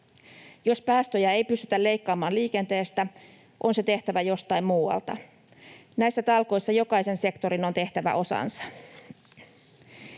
Jos päästöjä ei pystytä leikkaamaan liikenteestä, on se tehtävä jostain muualta. Näissä talkoissa jokaisen sektorin on tehtävä osansa.